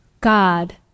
God